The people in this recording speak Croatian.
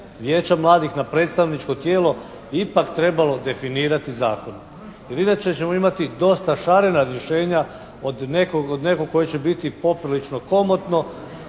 vijeća mladih na predstavničko tijelo bi ipak trebalo definirati zakonom. Jer inače ćemo imati dosta šarena rješenja od nekog koje će biti poprilično komotno